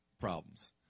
problems